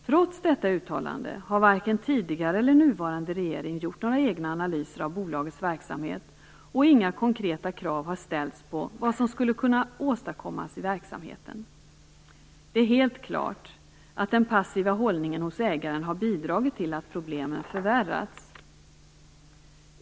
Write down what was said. Trots detta uttalande har varken tidigare eller nuvarande regering gjort några egna analyser av bolagets verksamhet, och inga konkreta krav har ställts på vad som skulle kunna åstadkommas i verksamheten. Det är helt klart att den passiva hållningen hos ägaren har bidragit till att problemen förvärrats.